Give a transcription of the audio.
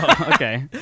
Okay